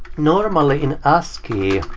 normally in ascii,